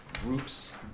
groups